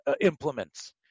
implements